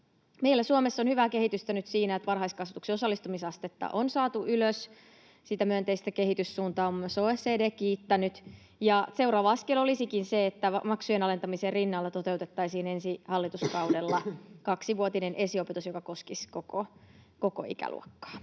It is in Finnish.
Meillä Suomessa on hyvää kehitystä nyt siinä, että varhaiskasvatuksen osallistumisastetta on saatu ylös — sitä myönteistä kehityssuuntaa on myös OECD kiittänyt. Ja seuraava askel olisikin se, että maksujen alentamisen rinnalla toteutettaisiin ensi hallituskaudella kaksivuotinen esiopetus, joka koskisi koko ikäluokkaa.